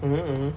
mm mm